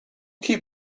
keep